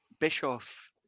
Bischoff